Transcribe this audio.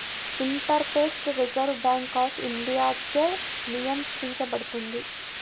interface reserve bank of ఇండియాచే నియంత్రించబడుతుంది